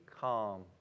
calm